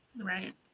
Right